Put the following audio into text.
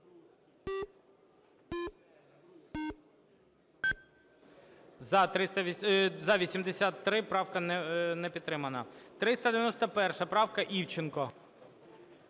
За-83 Правка не підтримана. 391 правка, Івченко.